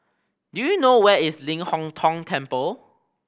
do you know where is Ling Hong Tong Temple